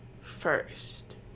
first